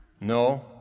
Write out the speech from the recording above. No